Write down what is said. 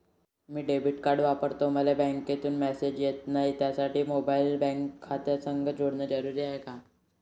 मी debit card वापरतो मले बँकेतून मॅसेज येत नाही, त्यासाठी मोबाईल बँक खात्यासंग जोडनं जरुरी हाय का?